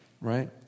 right